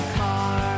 car